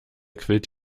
quillt